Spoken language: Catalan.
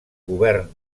govern